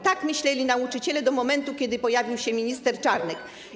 Tak myśleli nauczyciele do momentu, kiedy pojawił się minister Czarnek.